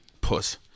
Puss